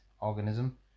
organism